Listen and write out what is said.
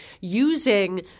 using